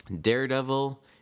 Daredevil